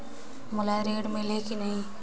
मोला ऋण मिलही की नहीं?